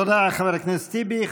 תודה, חבר הכנסת טיבי.